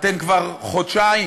אתם כבר חודשיים-שלושה,